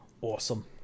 awesome